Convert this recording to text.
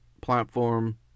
platform